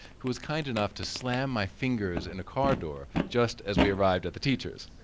who was kind enough to slam my fingers in a car door, just as we arrived at the teacher's.